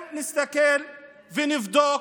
אם נסתכל ונבדוק,